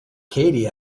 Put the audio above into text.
katie